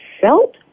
felt